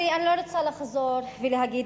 אני לא רוצה לחזור ולהגיד,